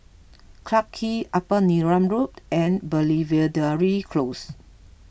Clarke Quay Upper Neram Road and Belvedere Close